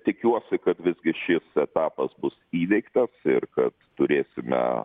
tikiuosi kad visgi šis etapas bus įveiktas ir kad turėsime